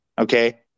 Okay